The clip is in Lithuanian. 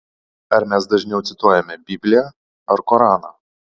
ar mes dažniau cituojame bibliją ar koraną